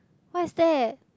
what's that